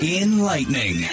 Enlightening